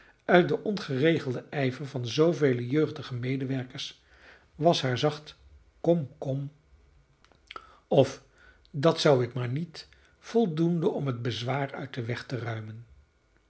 uit den ongeregelden ijver van zoovele jeugdige medewerkers was haar zacht kom kom of dat zou ik maar niet voldoende om het bezwaar uit den weg te ruimen